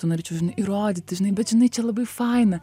norėčiau įrodyti žinai bet žinai čia labai faina